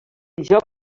joc